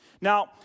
Now